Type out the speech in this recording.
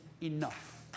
enough